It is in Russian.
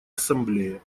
ассамблее